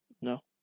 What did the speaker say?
No